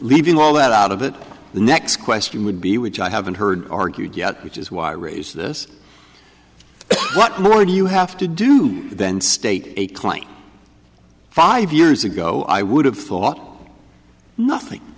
leaving all that out of it the next question would be which i haven't heard argued yet which is why i raised this what more do you have to do then state a claim five years ago i would have thought nothing